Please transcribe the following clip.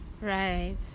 Right